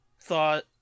thought